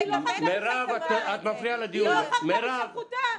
לא חרגה מסמכותה?